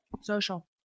social